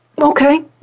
okay